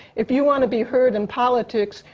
if you wanna be heard in politics,